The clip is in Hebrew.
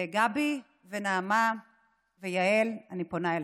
גבי ונעמה ויעל, אני פונה אליכן.